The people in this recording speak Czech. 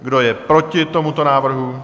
Kdo je proti tomuto návrhu?